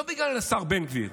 לא בגלל השר בן גביר,